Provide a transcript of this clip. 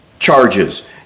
charges